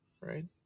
right